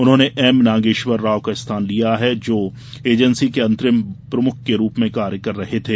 उन्होंने एमनार्गेश्वार राव का स्थान लिया है जो जांच एजेंसी के अंतरिम प्रमुख के रूप में कार्य कर रहे थे